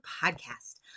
podcast